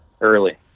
early